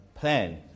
plan